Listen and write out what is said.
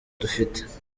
dufite